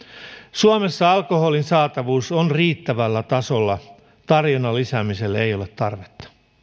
suomessa alkoholin saatavuus on riittävällä tasolla tarjonnan lisäämiselle ei ole tarvetta